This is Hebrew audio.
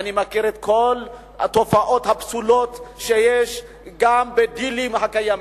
אני מכיר את כל התופעות הפסולות שיש גם בדילים הקיימים.